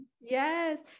Yes